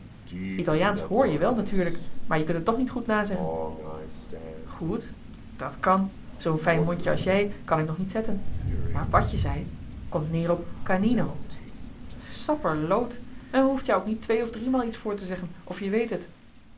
italiaansch hr je wel natuurlijk maar je kunt het toch niet goed nazeggen joh h been paddeltje de scheepsjongen van michiel de ruijter goed dat kan zoo'n fijn mondje als jij kan ik nog niet zetten maar wàt je zei komt neer op c a n i n o sapperloot men behoeft jou ook niet twee of driemaal iets voor te zeggen of je weet het